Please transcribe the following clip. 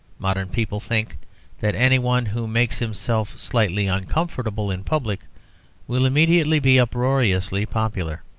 modern people think that any one who makes himself slightly uncomfortable in public will immediately be uproariously popular.